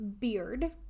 beard